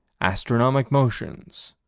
astronomic motions.